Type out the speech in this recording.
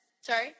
Sorry